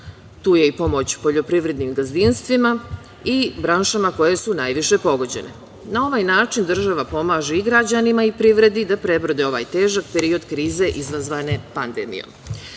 tu je i pomoć poljoprivrednim gazdinstvima i branšama koje su najviše pogođene. Na ovaj način država pomaže i građanima i privredi da prebrode ovaj težak period krize izazvane pandemijom.Međutim,